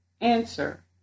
Answer